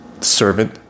servant